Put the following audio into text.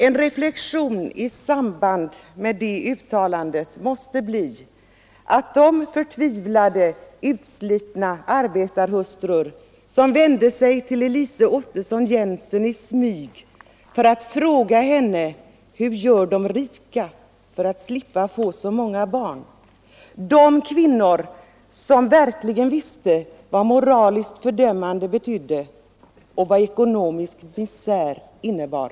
En reflexion i samband med det uttalandet måste bli att många förtvivlade och utslitna arbetarhustrur då vände sig till Elise Ottesen-Jensen i smyg och frågade henne: Hur gör de rika för att slippa få så många barn? De kvinnorna visste verkligen vad moraliskt fördömande betydde och vad ekonomisk misär innebar!